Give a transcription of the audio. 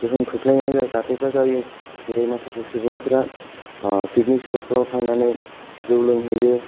गोहोम खोख्लैनाय जाथायफोरा जायो जेरै माखासे सुबुंफोरा ओ पिकनिक स्टपफोरा थांनानै जौ लोंहैयो